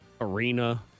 arena